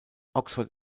oxford